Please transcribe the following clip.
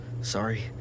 Sorry